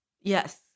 Yes